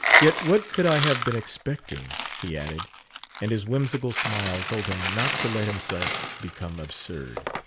yet what could i have been expecting? he added and his whimsical smile told him not to let himself become absurd.